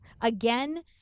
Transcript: again